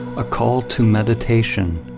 a call to meditation,